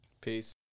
Peace